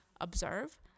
observe